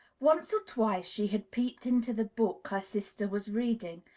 once or twice she had peeped into the book her sister was reading,